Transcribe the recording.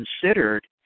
considered